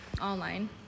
online